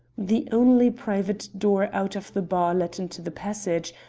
the only private door out of the bar led into the passage,